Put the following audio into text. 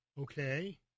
Okay